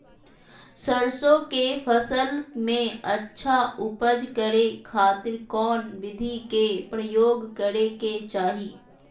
सरसों के फसल में अच्छा उपज करे खातिर कौन विधि के प्रयोग करे के चाही?